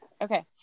Okay